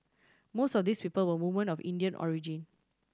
most of these people were woman of Indian origin